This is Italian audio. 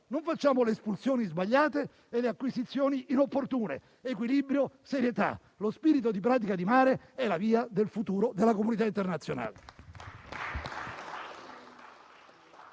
Non facciamo le espulsioni sbagliate e le acquisizioni inopportune. Equilibrio, serietà: lo spirito di Pratica di Mare è la via del futuro della comunità internazionale.